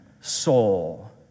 soul